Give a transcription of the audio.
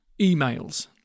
emails